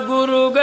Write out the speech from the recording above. Guru